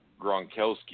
Gronkowski